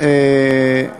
למה אתה מתכוון?